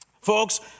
Folks